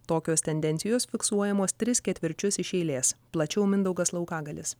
tokios tendencijos fiksuojamos tris ketvirčius iš eilės plačiau mindaugas laukagalis